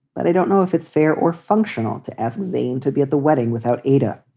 but i don't know if it's fair or functional to ask zane to be at the wedding without ada.